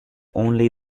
only